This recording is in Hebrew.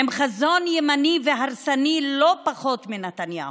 עם חזון ימני והרסני לא פחות משל נתניהו,